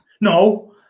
No